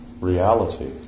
reality